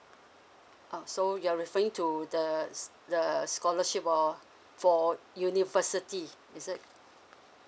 oh so you're referring to the the scholarship or for university is it